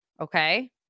Okay